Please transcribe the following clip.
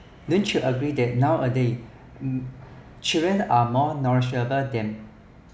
don't you agree that nowadays uh children are more knowledgeable than